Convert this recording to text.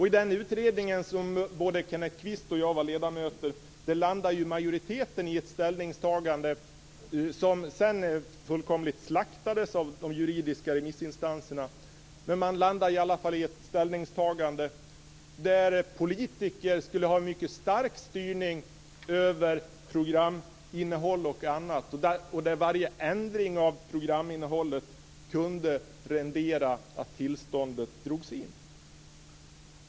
I den utredning som både Kenneth Kvist och jag var ledamöter i landade majoriteten i ett ställningstagande som sedan fullkomligt slaktades av de juridiska remissinstanserna. Man landade i ett ställningstagande där politiker skulle ha stark styrning över programinnehåll och annat och där varje ändring av programinnehållet kunde rendera att tillståndet drogs in.